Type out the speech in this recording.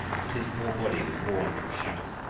and his poor body was worn to a shadow,